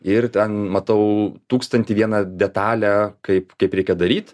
ir ten matau tūkstantį vieną detalę kaip kaip reikia daryt